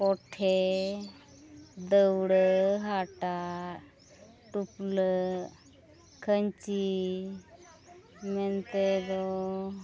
ᱠᱚᱴᱷᱮ ᱫᱟᱹᱣᱲᱟᱹ ᱦᱟᱴᱟᱜ ᱴᱩᱯᱞᱟᱹᱜ ᱠᱷᱟᱹᱧᱪᱤ ᱢᱮᱱᱛᱮ ᱫᱚ